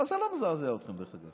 אבל זה לא מזעזע אתכם, דרך אגב.